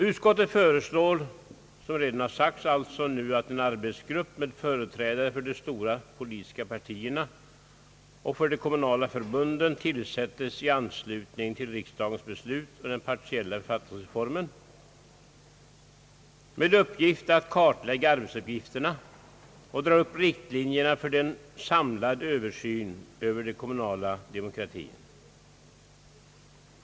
Utskottet föreslår nu att en arbetsgrupp med företrädare för de stora po litiska partierna och de kommunala förbunden tillsätts i anslutning till riksdagens beslut om den partiella författningsreformen, med uppgift att kartlägga arbetsuppgifterna och dra upp riktlinjerna för en samlad översyn över den kommunala demokratin.